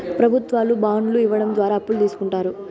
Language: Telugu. ప్రభుత్వాలు బాండ్లు ఇవ్వడం ద్వారా అప్పులు తీస్కుంటారు